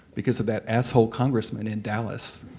because of that asshole congressman in dallas.